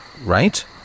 right